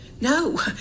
No